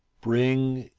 bring,